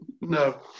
No